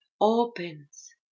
opens